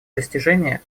достижения